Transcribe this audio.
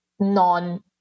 Non